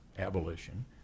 Abolition